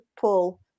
pull